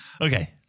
Okay